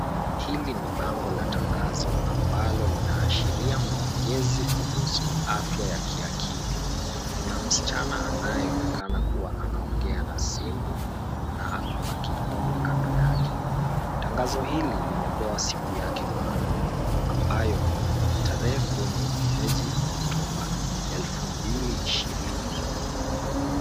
Hili ni bango la tangazo ambalo linaashiria maongezi kuhusu afya ya kiakili. Kuna msichana anayeonekana kuwa anaongea na simu na ako na kikombe kando yake. Tangazo hili limepewa siku yake maalum, ambayo ni tarehe kumi mwezi wa oktoba, elfu mbili ishirini na nne.